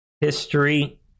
History